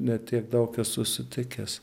ne tiek daug esu sutikęs